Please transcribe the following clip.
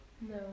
no